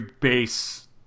base